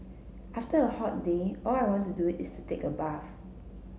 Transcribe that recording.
after a hot day all I want to do is take a bath